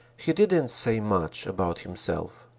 he didn't say much about himself,